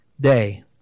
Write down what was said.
day